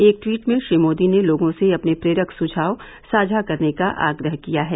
एक टवीट में श्री मोदी ने लोगों से अपने प्रेरक सुझाव साझा करने का आग्रह किया है